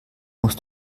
musst